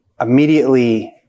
immediately